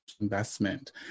investment